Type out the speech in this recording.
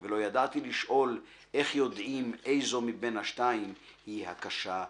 // ולא ידעתי לשאול איך יודעים / איזו מבין השתיים / היא הקשה יותר.